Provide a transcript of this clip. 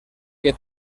que